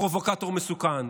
פרובוקטור מסוכן,